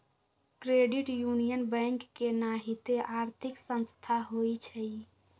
credit union bank के नाहिते आर्थिक संस्था होइ छइ